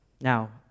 Now